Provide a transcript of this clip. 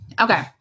Okay